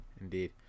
Indeed